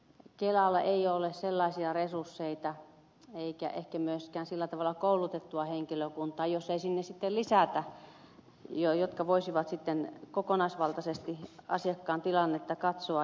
kelalla ei ole sellaisia resursseja eikä ehkä myöskään sillä tavalla koulutettua henkilökuntaa jos ei sitä sinne lisätä joka voisi sitten kokonaisvaltaisesti asiakkaan tilannetta katsoa